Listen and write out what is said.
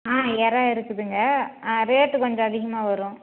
ஆ இறா இருக்குதுங்க ரேட்டு கொஞ்சம் அதிகமாக வரும்